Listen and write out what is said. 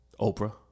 Oprah